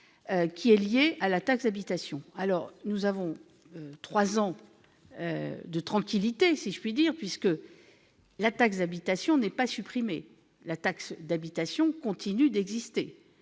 qui est liée à la taxe d'habitation. Nous avons devant nous trois ans de tranquillité, si je puis dire, puisque la taxe d'habitation n'est pas supprimée, mais continue d'exister.